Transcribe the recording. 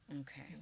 Okay